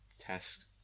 test